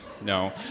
No